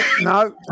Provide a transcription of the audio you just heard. no